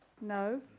No